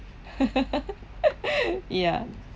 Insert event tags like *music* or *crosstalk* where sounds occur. *laughs* yeah